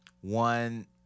one